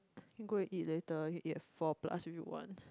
can go and eat later you eat at four plus if you eat one